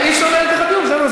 אני מבקש לנהל את השיח הזה בחוץ.